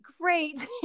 great